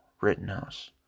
Rittenhouse